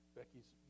Becky's